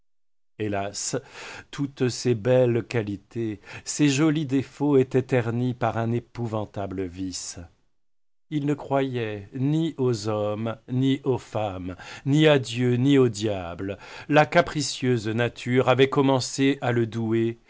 hélas toutes ces belles qualités ces jolis défauts étaient ternis par un épouvantable vice il ne croyait ni aux hommes ni aux femmes ni à dieu ni au diable la capricieuse nature avait commencé à le douer